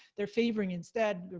they're favoring instead,